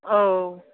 औ